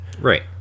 Right